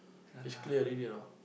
it's clear already know